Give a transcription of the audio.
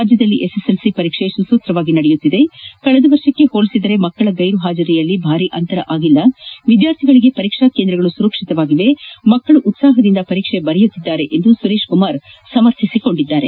ರಾಜ್ಯದಲ್ಲಿ ಎಸ್ಎಸ್ಎಲ್ಸಿ ಪರೀಕ್ಷೆ ಸುಸೂತ್ರವಾಗಿ ನಡೆಯುತ್ತಿದೆ ಕಳೆದ ವರ್ಷಕ್ಕೆ ಹೋಲಿಸಿದಲ್ಲಿ ಮಕ್ಕಳ ಗೈರು ಹಾಜರಿಯಲ್ಲಿ ಭಾರಿ ಅಂತರ ಆಗಿಲ್ಲ ವಿದ್ಯಾರ್ಥಿಗಳಿಗೆ ಪರೀಕ್ಷಾ ಕೇಂದ್ರಗಳು ಸುರಕ್ಷಿತವಾಗಿವೆ ಮಕ್ಕಳು ಉತ್ಪಾಹದಿಂದ ಪರೀಕ್ಷೆ ಬರೆಯುತ್ತಿದ್ದಾರೆ ಎಂದು ಸುರೇಶ್ ಕುಮಾರ್ ಸಮರ್ಥಿಸಿಕೊಂಡರು